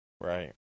Right